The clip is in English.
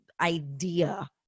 idea